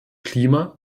klima